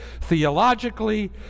theologically